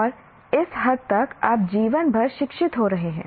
और इस हद तक आप जीवन भर शिक्षित हो रहे हैं